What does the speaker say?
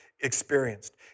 experienced